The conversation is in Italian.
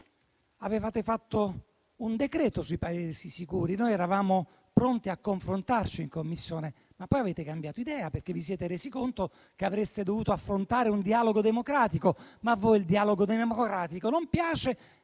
Avevate emanato un decreto-legge sui Paesi sicuri, su cui eravamo pronti a confrontarci in Commissione; poi però avete cambiato idea, perché vi siete resi conto che avreste dovuto affrontare un dialogo democratico, ma a voi il dialogo democratico non piace